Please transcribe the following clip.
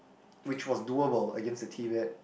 which was doable against the team that